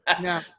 No